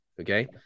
okay